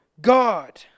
God